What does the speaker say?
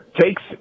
takes